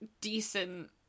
decent